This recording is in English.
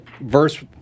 Verse